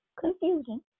confusion